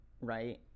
right